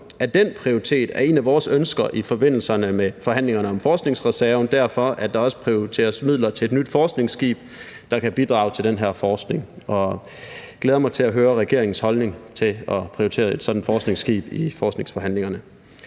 den prioritet er et af vores ønsker i forbindelse med forhandlingerne om forskningsreserven derfor, at der også prioriteres midler til et nyt forskningsskib, der kan bidrage til den her forskning, og jeg glæder mig til at høre regeringens holdning til at prioritere et sådant forskningsskib i forskningsforhandlingerne.